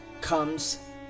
comes